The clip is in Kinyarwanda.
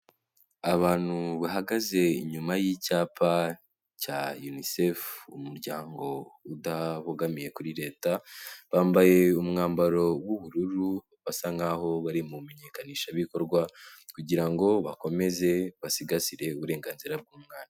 Abantu bahagaze inyuma y'icyapa cya UNICEF umuryango udabogamiye kuri leta, bambaye umwambaro w'ubururu, basa nkaho bari mu menyekanishabikorwa, kugira ngo bakomeze basigasire uburenganzira bw'umwana.